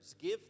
Give